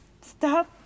stop